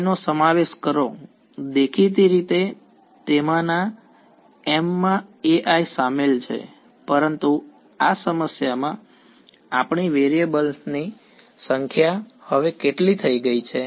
ai નો સમાવેશ કરો દેખીતી રીતે તેમાંના m માં ai સામેલ છે પરંતુ આ સમસ્યામાં આપણી વેરિયેબલ ની સંખ્યા હવે કેટલી થઈ ગઈ છે